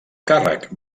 càrrec